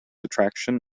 attraction